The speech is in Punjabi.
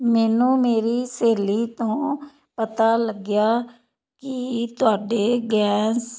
ਮੈਨੂੰ ਮੇਰੀ ਸਹੇਲੀ ਤੋਂ ਪਤਾ ਲੱਗਿਆ ਕੀ ਤੁਹਾਡੇ ਗੈਸ